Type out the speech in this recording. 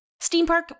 Steampark